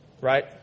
right